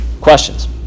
Questions